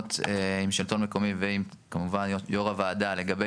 להסכמות עם שלטון מקומי ועם כמובן יו"ר הוועדה לגבי